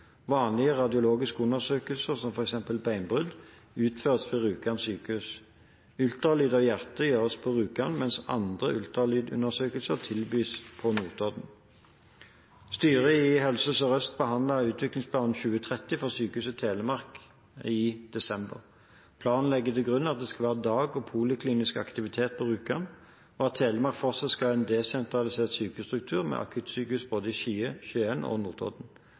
Vanlige radiologiske undersøkelser, som f.eks. beinbrudd, utføres ved Rjukan sykehus. Ultralyd av hjertet gjøres på Rjukan, mens andre ultralydundersøkelser tilbys på Notodden. Styret i Helse Sør-Øst behandlet Utviklingsplan 2030 for Sykehuset Telemark i desember. Planen legger til grunn at det skal være dag- og poliklinisk aktivitet på Rjukan, og at Telemark fortsatt skal ha en desentralisert sykehusstruktur med akuttsykehus både i Skien og på Notodden.